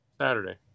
Saturday